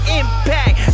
impact